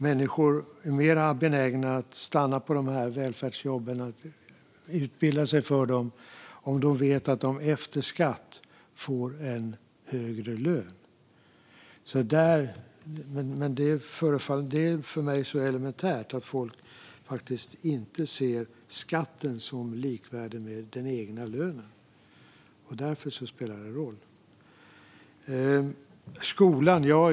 Människor är mer benägna att stanna på välfärdsjobben och utbilda sig för dem om de vet att de efter skatt får en högre lön. Det är för mig så elementärt att människor inte ser skatten som likvärdig med den egna lönen. Därför spelar det roll.